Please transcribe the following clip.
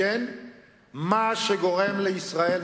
מה שגורם לישראל,